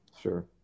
Sure